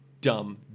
Dumb